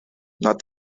not